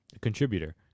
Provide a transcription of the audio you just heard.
Contributor